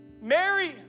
Mary